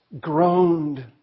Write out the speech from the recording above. groaned